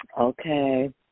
Okay